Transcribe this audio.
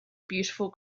beautiful